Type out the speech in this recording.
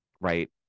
right